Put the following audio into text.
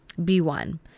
B1